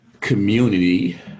community